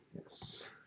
Yes